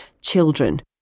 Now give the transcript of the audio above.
children